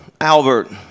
Albert